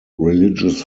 religious